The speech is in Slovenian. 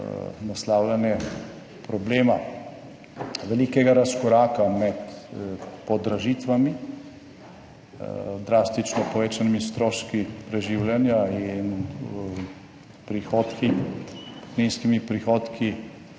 (nadaljevanje) velikega razkoraka med podražitvami, drastično povečanimi stroški preživljanja in prihodki in pokojninskimi prihodki